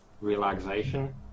relaxation